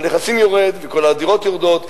וכל ערך הנכסים יורד וכל הדירות יורדות.